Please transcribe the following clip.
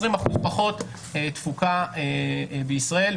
20% פחות תפוקה בישראל,